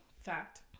fact